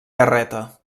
garreta